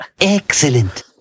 Excellent